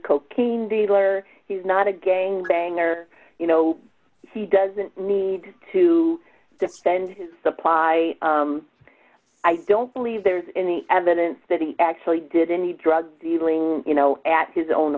cocaine dealer he's not a gang banger you know he doesn't need to defend his supply i don't believe there's any evidence that he actually did any drug dealing you know at his own